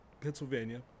Pennsylvania